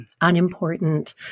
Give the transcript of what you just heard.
unimportant